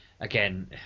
again